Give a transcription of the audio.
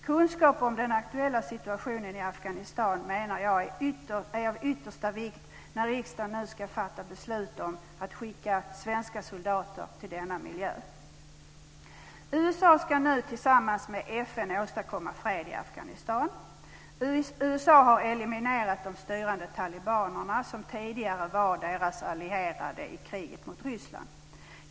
Kunskap om den aktuella situationen i Afghanistan är av yttersta vikt när riksdagen nu ska fatta beslut om att skicka svenska soldater till denna miljö. USA ska nu tillsammans med FN åstadkomma fred i Afghanistan. USA har eliminerat de styrande talibanerna, som tidigare var deras allierade i kriget mot Ryssland.